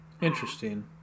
Interesting